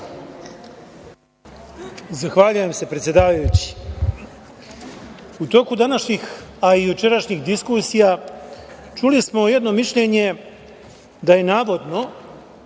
Zahvaljujem.U toku današnjih, a i jučerašnjih diskusija, čuli smo jedno mišljenje da je navodno